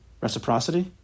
Reciprocity